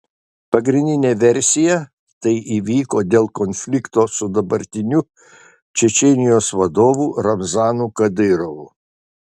pagrindinė versija tai įvyko dėl konflikto su dabartiniu čečėnijos vadovu ramzanu kadyrovu